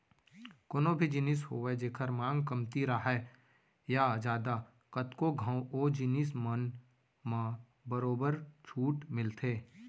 कोनो भी जिनिस होवय जेखर मांग कमती राहय या जादा कतको घंव ओ जिनिस मन म बरोबर छूट मिलथे